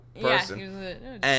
person